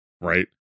right